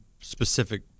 specific